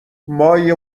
مایه